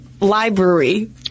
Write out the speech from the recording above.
library